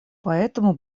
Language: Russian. поэтому